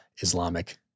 Islamic